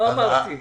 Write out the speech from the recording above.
לא אמרתי.